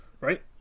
right